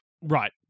Right